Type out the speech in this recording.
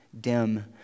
dim